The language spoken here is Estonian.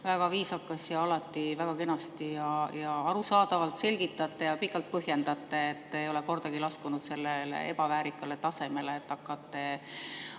väga viisakas ja alati väga kenasti ja arusaadavalt selgitate ja pikalt põhjendate. Te ei ole kordagi laskunud ebaväärikale tasemele, et hakkate